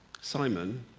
Simon